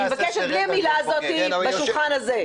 מבקשת בלי המילה הזאת בשולחן הזה.